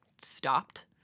stopped